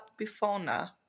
Bifona